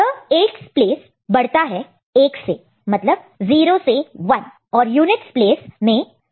यह 8's place बढ़ता है एक से मतलब 0 से 1 और यूनिटस प्लेस में 0 बन जाता है